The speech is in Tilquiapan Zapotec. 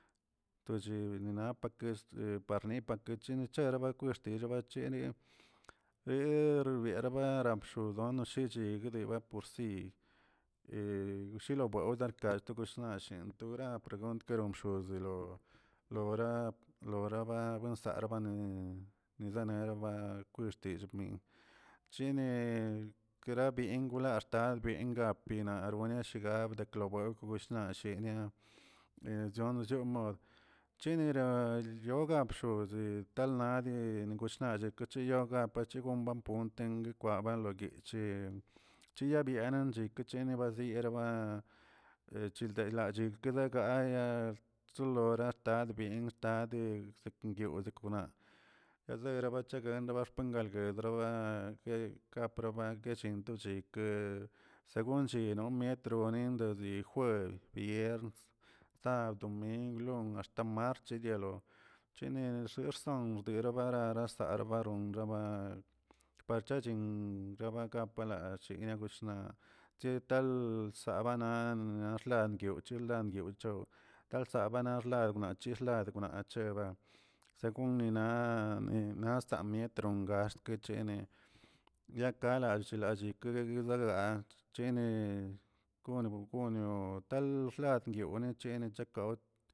Toche pakechinirakw tira bachenie eh rierabara rodnoshichigni laporsi oshilobewdar latgoshinashi togra oreguntke bxosilo lora loraba arbane nisarenaba bertillꞌmi chini kerabyengu axtal byenga bina argonierga shuga ablodebekw chonchiomod chenira yoga bxoz talnadie gushnalle guchinayog guchiga bapunt gukwaban loguchichitabuenen yekachini baseyan chindeglachi guelegaya solo axtabien tade sekonyo skenna adara bachelgax bachelgbyen droa kaprobachibin shikə segunchino netronindo chejuelb vierns sabd domingw don axta martch yelo chene xerson guerorabaza baronraba parchachin rabagalapach niagusna chetal dabana naꞌ xlandio chelandioꞌ talsabana xlandio xladona cheba según nina nasanmien tronk axt kechene yakalallꞌ lallꞌ keguedelaa chini gonob gonio gal xlandioneꞌ chene chakawꞌ.